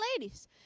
ladies